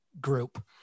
group